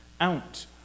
out